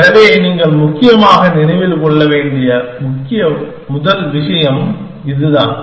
எனவே நீங்கள் முக்கியமாக நினைவில் கொள்ள வேண்டிய முக்கிய முதல் விஷயம் இதுதான்